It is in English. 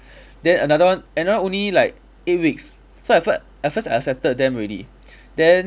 then another one another only like eight weeks so at fir~ at first I accepted them already then